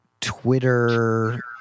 Twitter